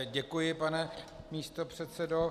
Děkuji, pane místopředsedo.